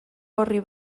orri